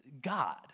God